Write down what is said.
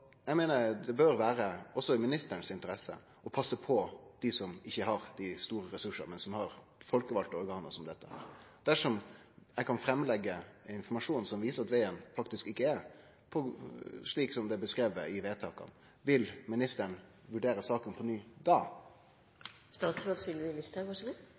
Eg meiner det bør vere også i ministeren si interesse å passe på dei som ikkje har dei store ressursane, men som har folkevalde organ som dette. Dersom eg kan leggje fram informasjon som viser at vegen faktisk ikkje er slik som det er beskrive i vedtaka, vil ministeren vurdere saka på ny